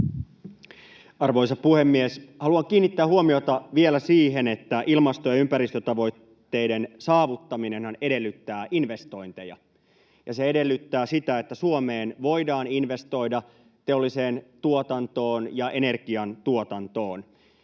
Arvoisa puhemies! Haluan kiinnittää huomiota vielä siihen, että ilmasto- ja ympäristötavoitteiden saavuttaminenhan edellyttää investointeja, ja se edellyttää sitä, että Suomeen voidaan investoida teolliseen tuotantoon ja energian tuotantoon.